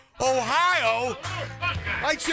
Ohio